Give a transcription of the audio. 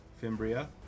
Fimbria